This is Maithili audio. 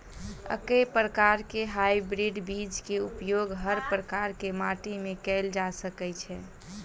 एके प्रकार केँ हाइब्रिड बीज केँ उपयोग हर प्रकार केँ माटि मे कैल जा सकय छै?